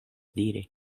diri